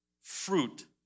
fruit